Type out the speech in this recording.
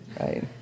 right